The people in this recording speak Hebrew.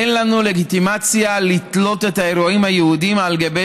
אין לנו לגיטימציה לתלות את האירועים היהודיים על גבי